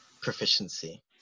proficiency